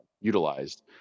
utilized